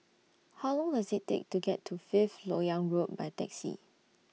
How Long Does IT Take to get to Fifth Lok Yang Road By Taxi